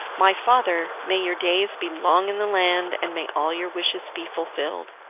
my father, may your days be long in the land, and may all your wishes be fulfilled!